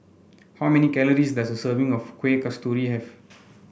how many calories does a serving of Kueh Kasturi have